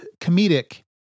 comedic